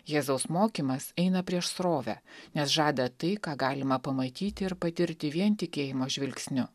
jėzaus mokymas eina prieš srovę nes žada tai ką galima pamatyti ir patirti vien tikėjimo žvilgsniu